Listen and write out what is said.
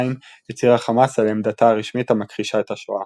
הצהירה חמאס על עמדתה הרשמית המכחישה את השואה